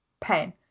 pen